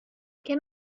can